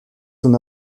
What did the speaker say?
una